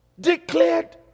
declared